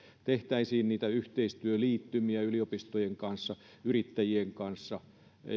tehtäisiin niitä yhteistyöliittymiä yliopistojen kanssa yrittäjien kanssa